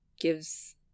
gives